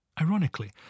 Ironically